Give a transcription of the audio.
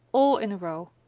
all in a row.